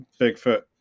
Bigfoot